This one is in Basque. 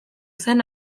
zen